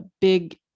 big